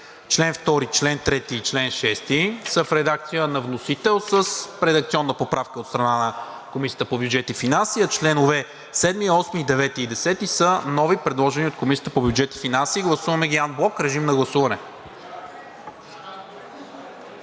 Член 2, чл. 3 и чл. 6 са в редакция на вносител с редакционна поправка от страна на Комисията по бюджет и финанси, а членове 7, 8, 9 и 10 са нови, предложени от Комисията по бюджет и финанси. Гласуваме ги анблок. Режим на гласуване.